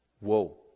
Whoa